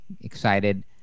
excited